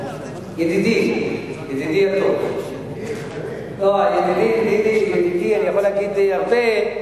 ידידי הטוב, ידידי אני יכול להגיד הרבה,